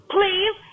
Please